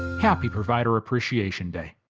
happy provider appreciation day!